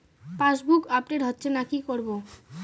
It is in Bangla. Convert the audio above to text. পাসবুক আপডেট হচ্ছেনা কি করবো?